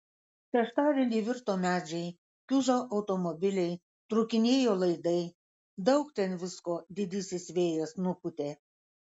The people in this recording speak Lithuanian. šeštadienį virto medžiai kiužo automobiliai trūkinėjo laidai daug ten visko didysis vėjas nupūtė